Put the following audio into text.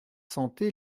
santé